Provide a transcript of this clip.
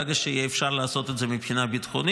ברגע שאפשר יהיה לעשות את זה מבחינה ביטחונית.